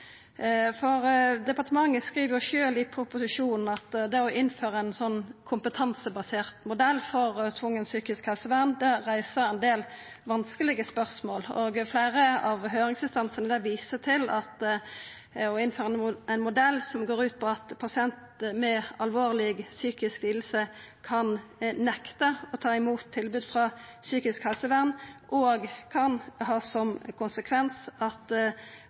Departementet skriv sjølv i proposisjonen at det å innføra ein slik kompetansebasert modell for tvungent psykisk helsevern reiser ein del vanskelege spørsmål, og fleire av høyringsinstansane viser til at det å innføra ein modell som går ut på at ein pasient med alvorleg psykisk liding kan nekta å ta imot tilbod frå psykisk helsevern, kan få alvorlege helsemessige og